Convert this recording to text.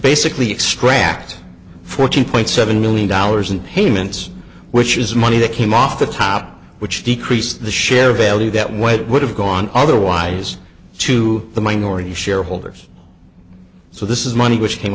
basically extract fourteen point seven million dollars in payments which is money that came off the top which decrease the share value that way it would have gone otherwise to the minority shareholders so this is money which came